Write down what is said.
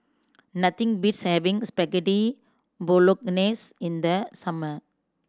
nothing beats having Spaghetti Bolognese in the summer